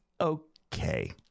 okay